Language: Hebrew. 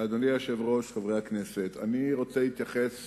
אדוני היושב-ראש, חברי הכנסת, אני רוצה להתייחס